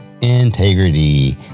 integrity